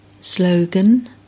Slogan